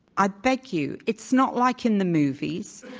i beg you, it's not like in the movie. so